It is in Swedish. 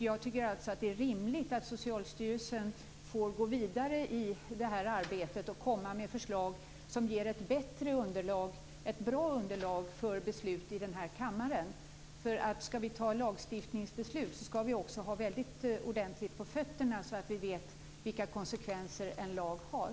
Jag tycker alltså att det är rimligt att Socialstyrelsen får gå vidare i det här arbetet och komma med förslag som ger ett bra underlag för beslut här i kammaren. Skall vi fatta lagstiftningsbeslut skall vi också ha väldigt ordentligt på fötterna, så att vi vet vilka konsekvenser en lag får.